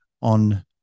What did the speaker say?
on